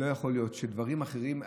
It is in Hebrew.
לא יכול להיות שדברים אחרים,